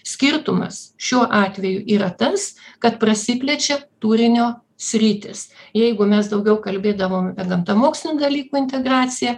skirtumas šiuo atveju yra tas kad prasiplečia turinio sritys jeigu mes daugiau kalbėdavom apie gamtamokslinių dalykų integraciją